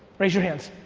raise your hands.